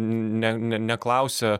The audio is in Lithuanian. ne ne neklausia